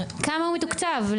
כמה הוא מתוקצב?